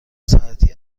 ساعتی